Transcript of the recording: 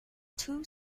two